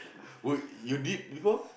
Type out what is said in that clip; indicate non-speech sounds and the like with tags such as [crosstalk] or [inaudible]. [breath] w~ you did before